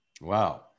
Wow